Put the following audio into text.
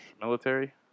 Military